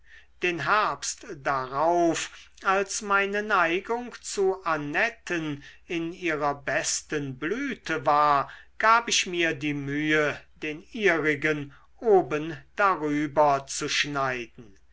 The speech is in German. den herbst darauf als meine neigung zu annetten in ihrer besten blüte war gab ich mir die mühe den ihrigen oben darüber zu schneiden